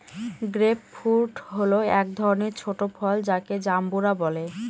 grape fruit হল এক ধরনের ছোট ফল যাকে জাম্বুরা বলে